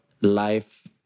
life